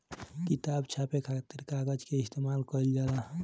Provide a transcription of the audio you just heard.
किताब छापे खातिर कागज के इस्तेमाल कईल जाला